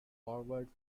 forward